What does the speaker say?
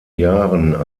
jahren